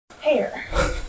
Hair